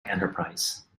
enterprise